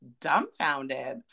dumbfounded